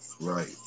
right